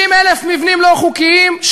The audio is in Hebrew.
60,000 מבנים לא חוקיים,